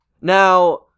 now